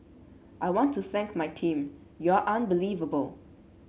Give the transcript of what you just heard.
I want to thank my team you're unbelievable